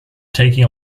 taking